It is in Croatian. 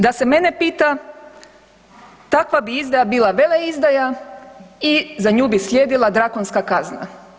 Da se mene pita takva bi izdaja bila veleizdaja i za nju bi slijedila drakonska kazna.